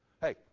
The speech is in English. Hey